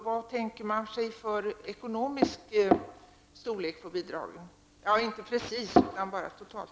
Vad tänker man sig för storlek ekonomiskt på bidragen -- inte exakt, men ungefär totalt?